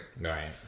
Right